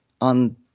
on